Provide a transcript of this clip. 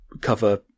cover